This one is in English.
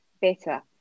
better